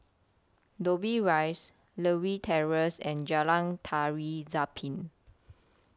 Dobbie Rise Lewin Terrace and Jalan Tari Zapin